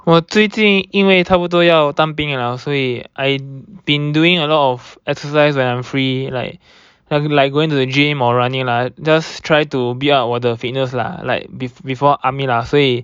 我最近因为差不多要当兵了所以 I have been doing a lot of exercise when I am free like I have like going to the gym or running lah just try to build up 我的 fitness lah like bef~ before army lah 所以